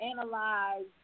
analyze